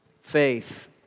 faith